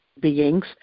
beings